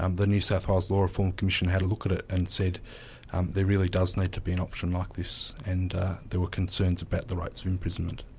um the new south wales law reform commission had a look at it and said there really does need to be an option like this. and there were concerns about the rates of imprisonment.